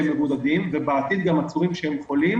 מבודדים ובעתיד גם עם עצורים שהם חולים